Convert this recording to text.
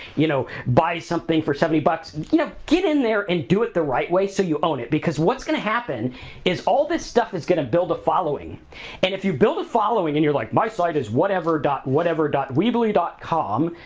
you know, buy something for seventy bucks, you know, get in there and do it the right way so you own it because what's gonna happen is all this stuff is gonna build a following and if you build a following and you're like, my site whatever dot whatever dot weebly dot com.